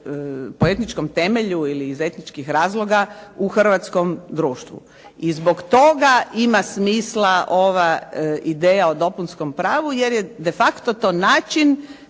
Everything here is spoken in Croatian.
po etničkom temelju ili iz etničkih razloga u hrvatskom društvu. I zbog toga ima smisla ova ideja o dopunskom pravu, jer je de facto to način